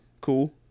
cool